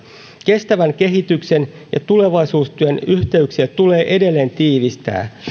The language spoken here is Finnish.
kestävän kehityksen ja tulevaisuustyön yhteyksiä tulee edelleen tiivistää